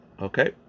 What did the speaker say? Okay